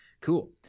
Cool